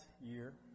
year